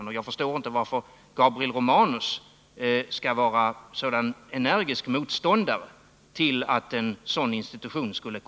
Jag förstår inte varför Gabriel Romanus skall vara en så energisk motståndare till en sådan institution.